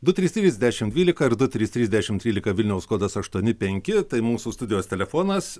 du trys trys dešimt dvylika ir du trys trys dešimt trylika vilniaus kodas aštuoni penki tai mūsų studijos telefonas